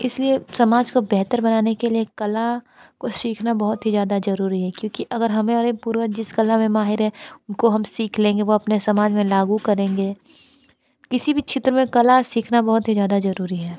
इसलिए समाज को बेहतर बनाने के लिए कला को सीखना बहुत ही ज़्यादा ज़रूरी है क्योंकि अगर हमें पूर्वज जिस कला में माहिर हैं उनको हम सीख लेंगे वो अपने समाज में लागू करेंगे किसी भी क्षेत्र में कला सीखना बहुत ही ज़्यादा ज़रूरी है